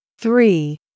three